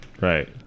Right